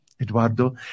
Eduardo